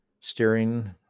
steering